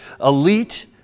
elite